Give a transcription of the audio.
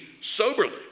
soberly